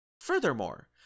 Furthermore